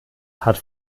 hat